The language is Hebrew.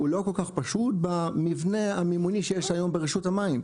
הוא לא כל כך פשוט במבנה המימוני שיש היום ברשות המים,